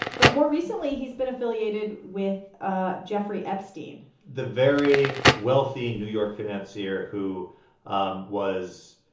but more recently, he's been affiliated with ah jeffrey epstein the very wealthy new york financier who um was